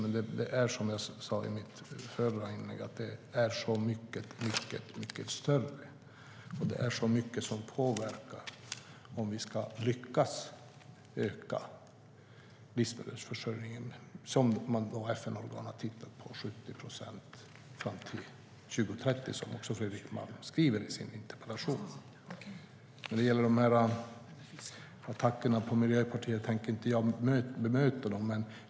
Men som jag sa i mitt förra inlägg är det mycket större och mycket som påverkar om vi ska lyckas öka livsmedelsförsörjningen med 70 procent fram till 2030 som FN-organen har tittat på, och som för övrigt Fredrik Malm skriver i sin interpellation. Vad gäller attackerna på Miljöpartiet tänker jag inte bemöta dem.